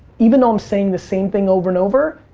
even though i'm saying the same thing over and over,